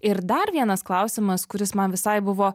ir dar vienas klausimas kuris man visai buvo